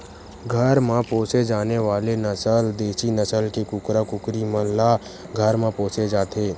घर म पोसे जाने वाले नसल देसी नसल के कुकरा कुकरी मन ल घर म पोसे जाथे